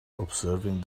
observing